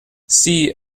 see